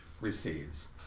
receives